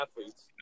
athletes